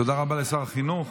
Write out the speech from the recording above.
תודה רבה לשר החינוך.